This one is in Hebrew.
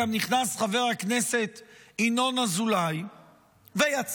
נכנס גם חבר הכנסת ינון אזולאי ויצא,